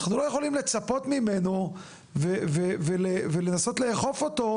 אנחנו לא יכולים לצפות ממנו ולנסות לאכוף אותו,